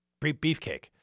Beefcake